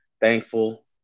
thankful